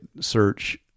search